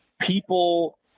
people